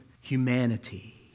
humanity